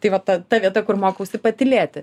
tai vat ta ta vieta kur mokausi patylėti